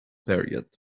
period